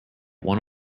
one